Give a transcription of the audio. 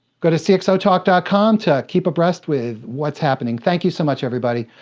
go to cxotalk dot com to keep abreast with what's happening. thank you so much, everybody,